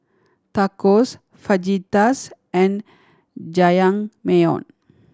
Tacos Fajitas and Jajangmyeon